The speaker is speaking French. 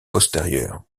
postérieures